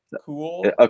Cool